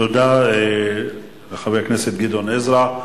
תודה לחבר הכנסת גדעון עזרא.